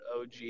OG